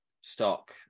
stock